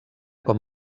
com